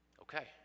Okay